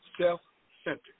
Self-centered